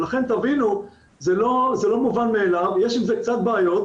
לכן תבינו, זה לא מובן מאליו, יש עם זה קצת בעיות,